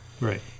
Right